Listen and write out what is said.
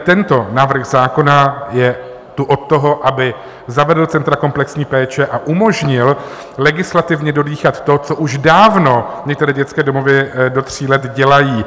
Tento návrh zákona je tu od toho, aby zavedl centra komplexní péče a umožnil legislativně dodýchat to, co už dávno některé dětské domovy do tří let dělají.